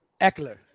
Eckler